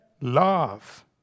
love